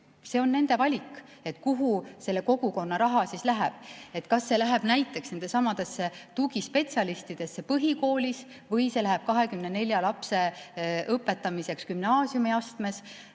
see on nende valik, kuhu selle kogukonna raha läheb: kas see läheb näiteks nendelesamadele tugispetsialistidele põhikoolis või see läheb 24 lapse õpetamiseks gümnaasiumiastmes.